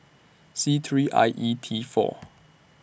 C three I E T four